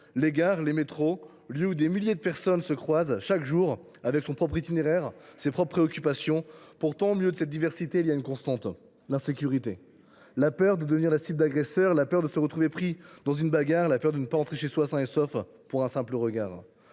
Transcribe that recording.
les gares, les métros sont des lieux où des milliers de personnes se croisent chaque jour, chacune avec son propre itinéraire, ses propres préoccupations. Pourtant, au milieu de cette diversité, il y a une constante : l’insécurité, la peur de devenir la cible d’agresseurs, la peur de se retrouver pris dans une bagarre, la peur de ne pas rentrer chez soi sain et sauf pour un simple regard.